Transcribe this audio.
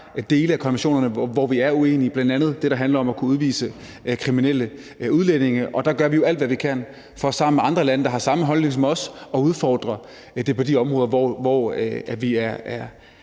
dele af konventionerne, hvor vi er uenige, bl.a. det, der handler om at kunne udvise kriminelle udlændinge, og der gør vi jo alt, hvad vi kan, for sammen med andre lande, der har samme holdning som os, at udfordre det på de områder, hvor vi er